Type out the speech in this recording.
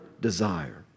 desire